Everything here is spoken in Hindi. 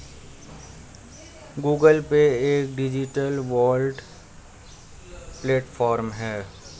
गूगल पे एक डिजिटल वॉलेट प्लेटफॉर्म है